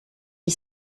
est